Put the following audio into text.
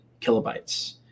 kilobytes